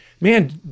man